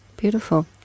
Beautiful